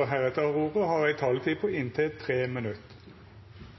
har òg ei taletid på inntil 3 minutt. Det